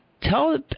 tell